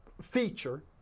feature